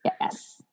Yes